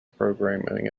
programming